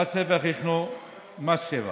1. מס שבח,